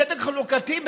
צדק חלוקתי,